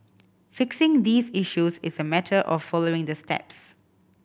fixing these issues is a matter of following the steps